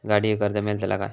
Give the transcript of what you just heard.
गाडयेक कर्ज मेलतला काय?